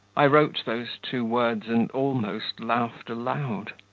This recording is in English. i wrote those two words, and almost laughed aloud.